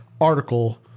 article